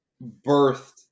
birthed